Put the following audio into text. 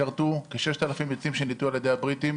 ייכרתו כ-6,000 עצים שניטעו על ידי הבריטים,